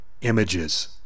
images